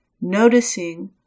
noticing